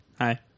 Hi